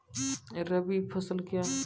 रबी फसल क्या हैं?